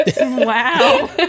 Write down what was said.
Wow